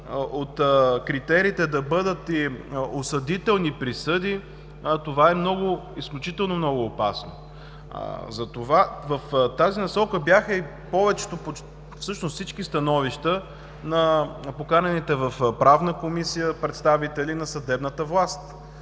от критериите да бъдат и осъдителни присъди, това е изключително опасно. В тази насока бяха и всички становища на поканените в Правна комисия представители на съдебната власт.